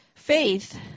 Faith